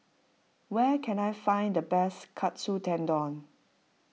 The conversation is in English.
where can I find the best Katsu Tendon